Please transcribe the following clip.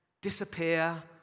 disappear